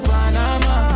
Panama